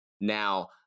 Now